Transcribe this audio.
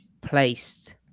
placed